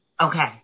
Okay